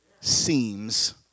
Seems